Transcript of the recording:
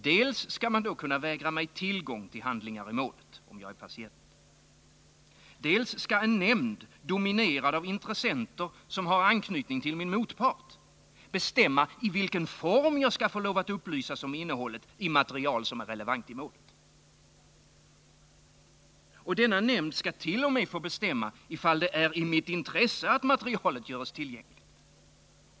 Dels skall man kunna vägra mig tillgång till handlingar i målet, om jag är patient, dels skall en nämnd, dominerad av intressenter som har intresseanknytning till min motpart, bestämma i vilken form jag skall upplysas om innehållet i material som är relevant för målet. Denna nämnd skall t.o.m. få bestämma om det är i mitt intresse att material görs tillgängligt.